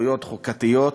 זכויות חוקתיות,